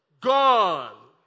gone